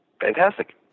fantastic